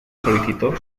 solicitó